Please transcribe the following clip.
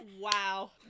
wow